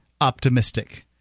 optimistic